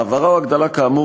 העברה או הגדלה כאמור,